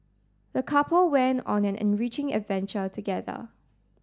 the couple went on an enriching adventure together